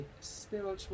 spiritual